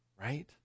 Right